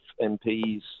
MPs